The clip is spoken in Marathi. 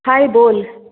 हाय बोल